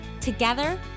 Together